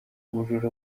ubujura